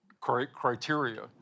criteria